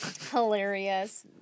Hilarious